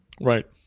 Right